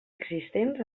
existents